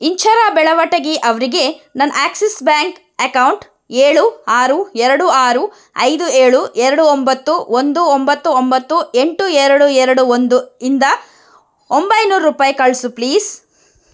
ಇಂಚರ ಬೆಳವಟಗಿ ಅವರಿಗೆ ನನ್ನ Axis bank account ಏಳು ಆರು ಎರಡು ಆರು ಐದು ಏಳು ಎರಡು ಒಂಬತ್ತು ಒಂದು ಒಂಬತ್ತು ಒಂಬತ್ತು ಎಂಟು ಎರಡು ಎರಡು ಒಂದು ಇಂದ ಒಂಬೈನೂರು ರೂಪಾಯಿ ಕಳಿಸು ಪ್ಲೀಸ್